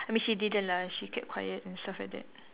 I mean she didn't it lah she kept quiet and stuff like that